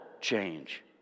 Change